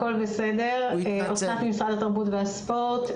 אוסנת, ממשרד התרבות והספורט.